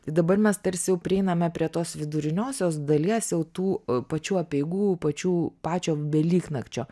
tai dabar mes tarsi jau prieiname prie tos viduriniosios dalies jau tų pačių apeigų pačių pačio velyknakčio